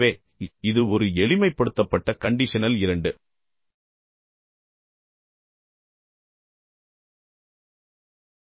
எனவே இது ஒரு எளிமைப்படுத்தப்பட்ட கண்டிஷனல் 2